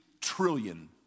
trillion